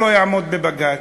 לא יעמוד בבג"ץ.